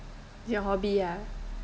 your hobby ah